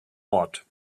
ort